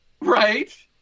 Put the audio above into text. Right